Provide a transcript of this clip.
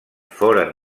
foren